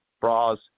bras